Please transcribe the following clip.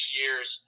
years